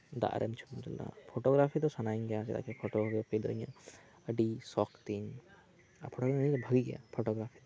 ᱫᱟᱜᱨᱮ ᱪᱷᱚᱵᱤᱢ ᱛᱩᱞᱟᱹᱜᱼᱟ ᱯᱷᱳᱴᱳᱜᱨᱟᱯᱷᱤ ᱫᱚ ᱥᱟᱱᱟᱭᱤᱧ ᱜᱮᱭᱟ ᱪᱮᱫᱟᱜ ᱥᱮ ᱯᱷᱳᱴᱳ ᱜᱨᱟᱯᱷᱤ ᱫᱚ ᱤᱧ ᱟᱹᱰᱤ ᱥᱚᱠ ᱛᱤᱧ ᱟᱨ ᱯᱷᱚᱴᱜᱨᱟᱯᱷᱤ ᱫᱚ ᱵᱷᱟᱹᱞᱤᱜᱮᱭᱟ